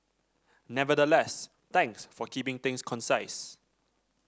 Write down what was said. nevertheless thanks for keeping things concise